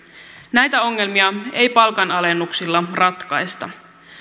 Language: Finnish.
näitä ongelmia ei palkanalennuksilla ratkaista